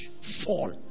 fall